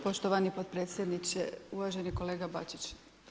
Poštovani potpredsjedniče, uvaženi kolega Bačić.